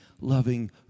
loving